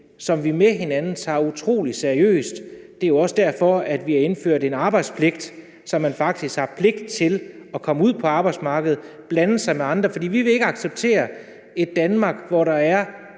som vi med hinanden tager utrolig seriøst. Det er jo også derfor, vi har indført en arbejdspligt, så man faktisk har pligt til at komme ud på arbejdsmarkedet og blande sig med andre. For vi vil ikke acceptere et Danmark, hvor der er